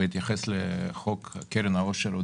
בהתייחס לחוק קרן העושר,